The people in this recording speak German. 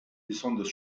besonders